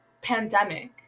pandemic